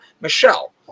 Michelle